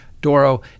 Doro